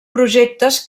projectes